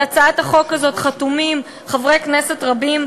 על הצעת החוק הזאת חתומים חברי כנסת רבים,